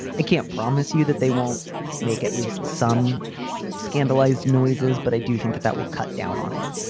i can't promise you that they won't make at least some scandalized noises, but i do think that that will cut down on it.